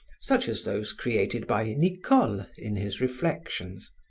such as those created by nicole in his reflections,